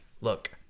look